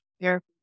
therapy